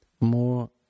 more